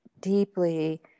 deeply